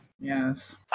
Yes